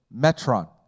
metron